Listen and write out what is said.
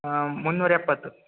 ಹಾಂ ಮುನ್ನೂರ ಎಪ್ಪತ್ತು